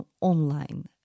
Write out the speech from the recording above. online